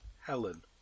Helen